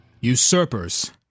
Usurpers